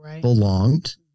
belonged